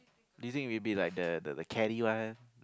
do you think you would be like that the the Kelly one